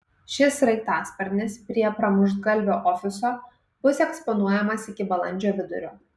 šis sraigtasparnis prie pramuštgalvio ofiso bus eksponuojamas iki balandžio vidurio